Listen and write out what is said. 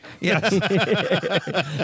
Yes